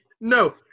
No